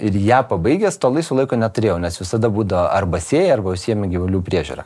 ir ją pabaigęs to laisvo laiko neturėjau nes visada būdavo arba sėja arba užsiemi gyvulių priežiūra